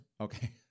Okay